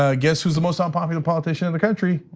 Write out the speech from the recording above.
ah guess who's the most unpopular politician in the country?